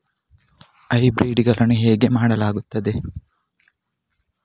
Hybrid ಗಳನ್ನು ಹೇಗೆ ಮಾಡಲಾಗುತ್ತದೆ?